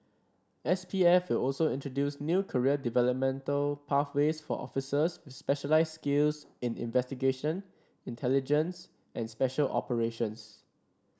S P F will also introduce new career developmental pathways for officers with specialised skills in investigation intelligence and special operations